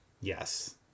yes